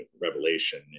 revelation